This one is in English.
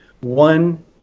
one